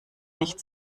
nicht